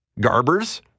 Garbers